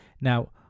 Now